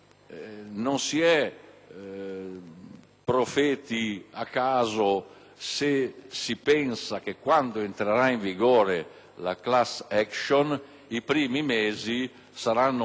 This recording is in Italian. è profeti a caso se si pensa che quando entrerà in vigore la *class action* i primi mesi saranno di assalto